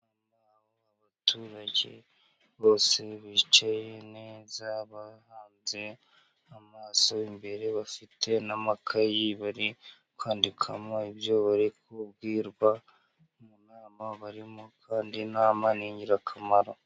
Abaturage bose bicaye neza bahanze amaso imbere, bafite n'amakayi bari kwandikamo ibyo bari kubwirwa mu nama barimo, kandi inama ni ingirakamaro.